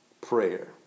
prayer